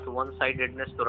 one-sidedness